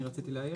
אני רציתי להעיר.